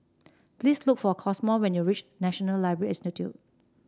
please look for Cosmo when you reach National Library Institute